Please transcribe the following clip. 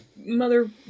mother